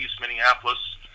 Minneapolis